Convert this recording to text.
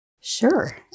Sure